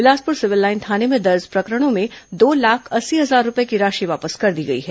Bilaspur civil line थाने में दर्ज प्रकरण में दो लाख अस्सी हजार रूपये की राशि वापस कर दी गई है